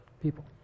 people